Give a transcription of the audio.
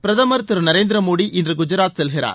பிரதுமர் திரு நரேந்திர மோடி இன்று குஜராத் செல்கிறார்